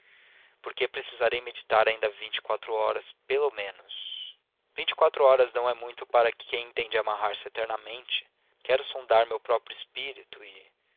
porque precisarei meditar ainda vinte e quatro horas pelo menos vinte e quatro horas não é muito para quem tem de amarrar-se eternamente quero sondar meu próprio espírito e